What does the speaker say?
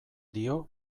dio